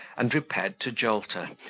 and repaired to jolter,